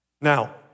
Now